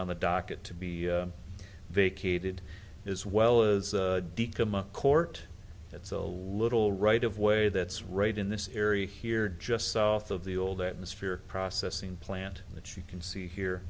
on the docket to be vacated as well as court it's a little right of way that's right in this area here just south of the old atmosphere processing plant which you can see